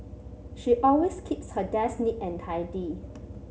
she always keeps her desk neat and tidy